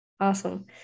Awesome